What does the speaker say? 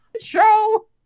Show